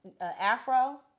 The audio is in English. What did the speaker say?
afro